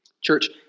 Church